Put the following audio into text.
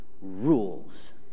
rules